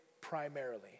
primarily